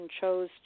chose